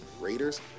Raiders